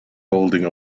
holding